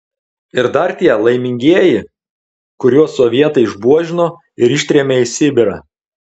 ir dar tie laimingieji kuriuos sovietai išbuožino ir ištrėmė į sibirą